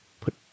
put